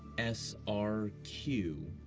s, r, q.